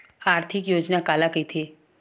आर्थिक योजना काला कइथे?